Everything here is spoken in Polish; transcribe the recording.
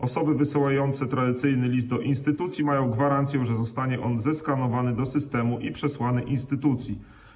Osoby wysyłające tradycyjny list do instytucji mają gwarancję, że zostanie on zeskanowany do systemu i przesłany instytucji.